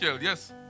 Yes